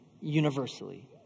universally